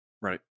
Right